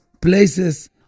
places